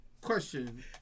Question